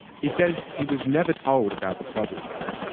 he says he was never told about the problems.